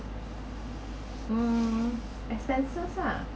mm expenses ah